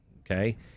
okay